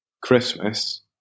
Christmas